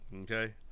okay